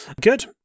Good